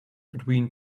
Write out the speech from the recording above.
between